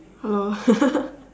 hello